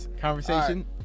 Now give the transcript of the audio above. conversation